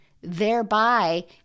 thereby